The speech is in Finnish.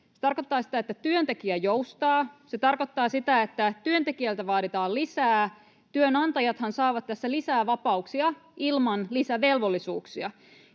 Se tarkoittaa sitä, että työntekijä joustaa. Se tarkoittaa sitä, että työntekijältä vaaditaan lisää — työnantajathan saavat tässä lisää vapauksia ilman lisävelvollisuuksia.